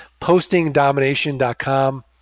postingdomination.com